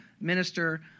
Minister